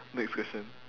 next question